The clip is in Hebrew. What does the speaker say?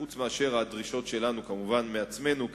חוץ מהדרישות שלנו כמובן מעצמנו,